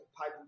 Pipe